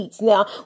Now